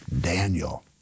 Daniel